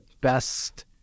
best